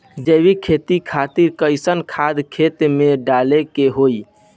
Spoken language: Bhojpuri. जैविक खेती खातिर कैसन खाद खेत मे डाले के होई?